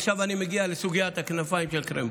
עכשיו אני מגיע לסוגיית כנפיים של קרמבו,